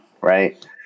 right